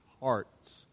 hearts